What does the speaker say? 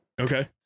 Okay